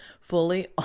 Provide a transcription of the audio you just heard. fully